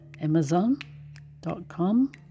Amazon.com